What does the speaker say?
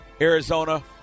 Arizona